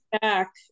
back